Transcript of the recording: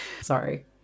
Sorry